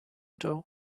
doe